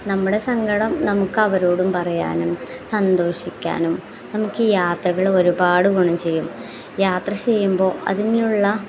നമ്മുടെ സങ്കടം നമുക്ക് അവരോടും പറയാനും സന്തോഷിക്കാനും നമുക്ക് ഈ യാത്രകൾ ഒരുപാട് ഗുണം ചെയ്യും യാത്ര ചെയ്യുമ്പോൾ അതിനുള്ള